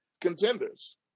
contenders